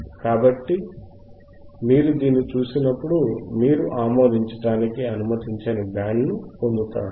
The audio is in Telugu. కాబట్టి మీరు దీన్ని చూసినప్పుడు మీరు ఆమోదించడానికి అనుమతించని బ్యాండ్ ను పొందుతారు